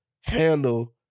handle